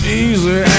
easy